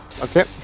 Okay